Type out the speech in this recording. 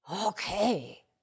okay